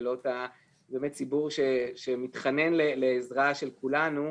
ובאמת ציבור שמתחנן לעזרה של כולנו.